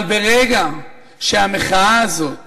אבל ברגע שהמחאה הזאת